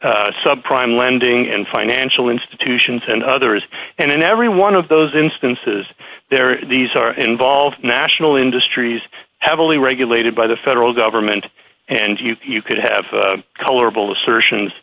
opioids subprime lending and financial institutions and others and in every one of those instances there are these are involved national industries heavily regulated by the federal government and you could have colorful assertions